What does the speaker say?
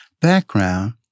background